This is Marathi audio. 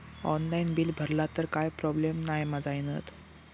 ऑनलाइन बिल भरला तर काय प्रोब्लेम नाय मा जाईनत?